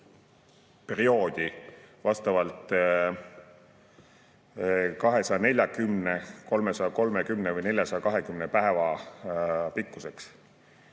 vastavalt 240, 330 või 420 päeva pikkuseks.